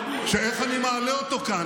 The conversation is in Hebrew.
שאיך אני מעלה אותו כאן,